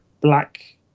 Black